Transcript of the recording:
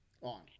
on